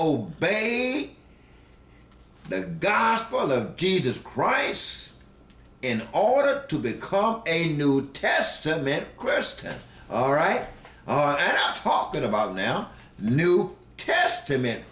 obey the gospel of jesus christ in order to become a new testament quest all right i'm talking about now new testament